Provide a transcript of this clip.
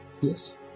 Yes